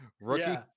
rookie